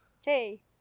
Hey